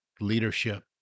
leadership